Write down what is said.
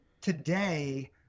today